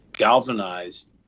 galvanized